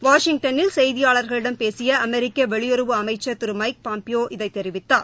வாஷிங்டனில் செய்தியாளர்களிடம் பேசிய அமெரிக்கவெளியறவு அமைச்சர் திருமைக் பாய்பியோ இதைத் தெரிவித்தார்